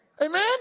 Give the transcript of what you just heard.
Amen